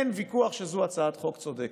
אין ויכוח שזו הצעת חוק צודקת.